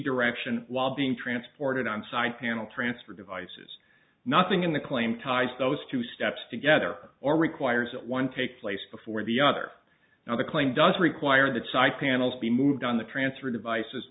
direction while being transported on side panel transfer devices nothing in the claim ties those two steps together or requires that one take place before the other now the claim does require that site panels be moved on the transfer devices